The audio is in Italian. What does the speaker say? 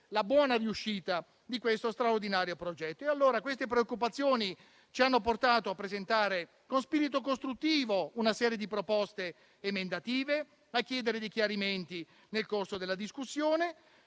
la buona riuscita di questo straordinario progetto. Queste preoccupazioni ci hanno portati a presentare, con spirito costruttivo, una serie di proposte emendative e a chiedere dei chiarimenti nel corso della discussione.